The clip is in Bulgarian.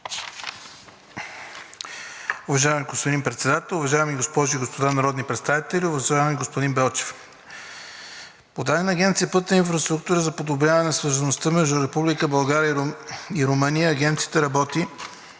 Уважаеми господин Председател, уважаеми госпожи и господа народни представители! Уважаеми господин Белчев, по данни на Агенция „Пътна инфраструктура“ за подобряване на свързаността между Република България и Румъния Агенцията и